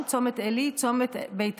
צומת כניסה לחברון,